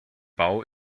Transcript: bau